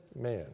man